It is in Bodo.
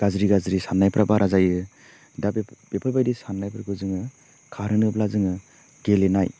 गाज्रि गाज्रि सान्नायफ्रा बारा जायो दा बेफोरबायदि सान्नायफोरखौ जोङो खारहोनोबा जोङो गेलेनाय